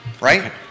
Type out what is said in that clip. right